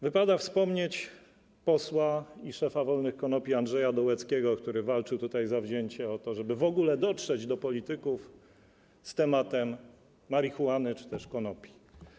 Wypada wspomnieć posła i szefa Wolnych Konopi Andrzeja Dołeckiego, który walczył tutaj zawzięcie o to, żeby w ogóle dotrzeć do polityków z tematem marihuany czy też konopi.